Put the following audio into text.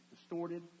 distorted